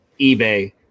eBay